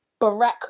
Barack